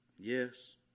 Yes